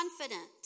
confident